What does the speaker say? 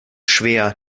schwer